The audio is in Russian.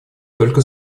только